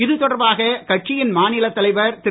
இது தொடர்பாக கட்சியின் மாநிலத் தலைவர் திரு